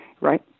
right